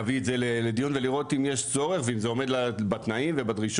להביא את זה לדיון ולראות אם יש צורך ואם זה עומד בתנאים ובדרישות.